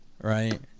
right